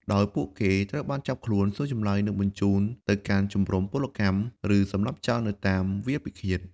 ដោយពួកគេត្រូវបានចាប់ខ្លួន សួរចម្លើយ និងបញ្ជូនទៅកាន់ជំរុំពលកម្ម ឬសម្លាប់ចោលនៅតាមវាលពិឃាត។